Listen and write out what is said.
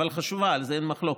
מדינה חשובה, על זה אין מחלוקת.